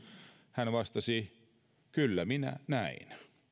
hän vastasi kyllä minä näin